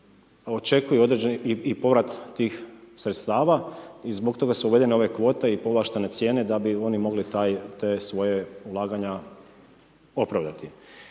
očekuju određen i povrat tih sredstava i zbog toga su uvedene ove kvote i povlaštene cijene, da bi oni mogli taj te svoje ulaganja opravdati.